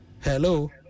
hello